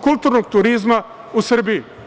kulturnog turizma u Srbiji.